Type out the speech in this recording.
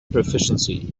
proficiency